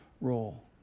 role